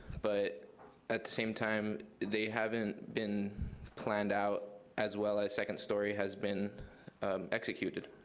but at the same time, they haven't been planned out as well as second story has been executed,